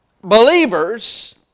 believers